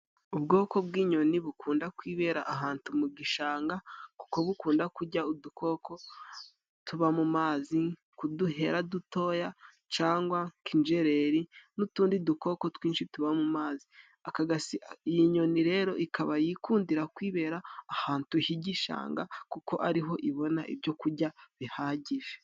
Ubwoko bw'inyoni bukunda kwibera ahatu mu gishanga kuko bukunda kurya udukoko tuba mu mazi, nk'uduhera dutoya cangwa nk'injereri n'utundi dukoko twinshi tuba mu mazi. Iyi nyoni rero ikaba yikundira kwibera ahatu h'igishanga kuko ariho ibona ibyo kurya bihagije.